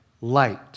light